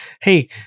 hey